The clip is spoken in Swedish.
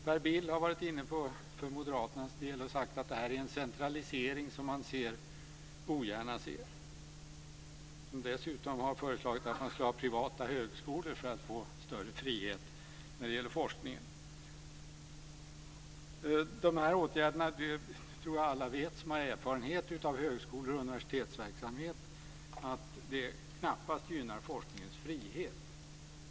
Per Bill har för Moderaternas del sagt att det här är en centralisering som man ogärna ser. Han har dessutom föreslagit att man ska ha privata högskolor för att få större frihet när det gäller forskningen. De här åtgärderna - det tror jag att alla som har erfarenhet av högskolor och universitetsverksamhet vet - gynnar knappast forskningens frihet.